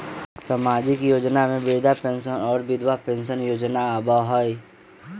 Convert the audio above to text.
सामाजिक योजना में वृद्धा पेंसन और विधवा पेंसन योजना आबह ई?